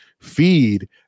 feed